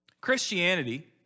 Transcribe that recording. Christianity